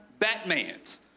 Batmans